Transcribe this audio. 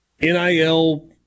NIL